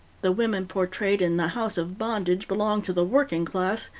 the women portrayed in the house of bondage belong to the working class.